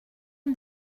ont